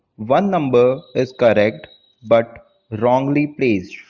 one number is correct but wrongly placed.